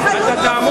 זאת לא התנחלות.